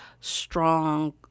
strong